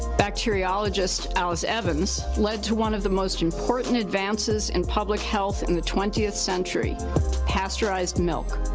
bacteriologist alice evans, led to one of the most important advances in public health in the twentieth century pasteurized milk.